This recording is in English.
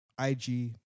IG